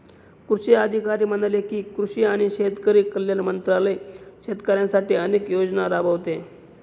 कृषी अधिकारी म्हणाले की, कृषी आणि शेतकरी कल्याण मंत्रालय शेतकऱ्यांसाठी अनेक योजना राबवते